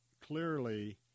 clearly